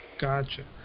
Gotcha